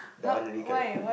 that one really cannot